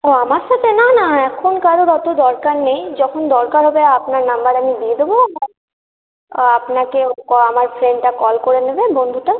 হ্যাঁ আমার সাথে না না এখন কারোর অত দরকার নেই যখন দরকার হবে আপনার নাম্বার আমি দিয়ে দেব আর আপনাকে আমার ফ্রেন্ডটা কল করে নেবে বন্ধুটা